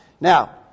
Now